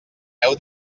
heu